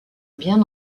bien